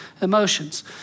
emotions